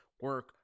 Work